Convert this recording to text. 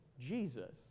Jesus